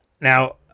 Now